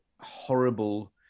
horrible